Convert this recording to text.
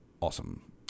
awesome